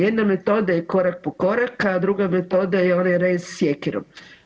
Jedna metoda je korak po korak, a druga metoda je onaj rez sjekirom.